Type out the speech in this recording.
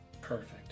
Perfect